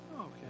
Okay